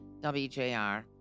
WJR